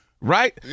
right